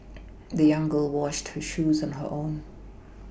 the young girl washed her shoes on her own